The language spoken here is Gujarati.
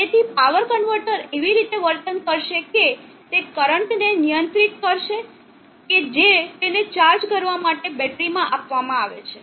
તેથી પાવર કન્વર્ટર એવી રીતે વર્તન કરશે કે તે કરંટને નિયંત્રિત કરશે કે જે તેને ચાર્જ કરવા માટે બેટરીમાં આપવામાં આવે છે